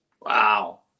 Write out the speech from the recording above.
wow